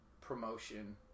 promotion